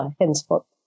henceforth